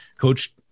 Coach